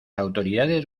autoridades